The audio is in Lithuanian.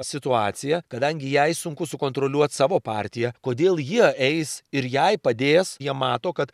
situaciją kadangi jai sunku sukontroliuot savo partiją kodėl jie eis ir jai padės jie mato kad